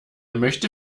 möchte